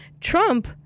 Trump